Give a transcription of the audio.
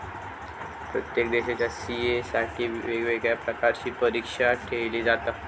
प्रत्येक देशाच्या सी.ए साठी वेगवेगळ्या प्रकारची परीक्षा ठेयली जाता